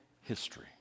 history